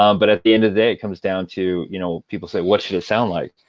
um but at the end of the day, it comes down to, you know people say, what should a sound like?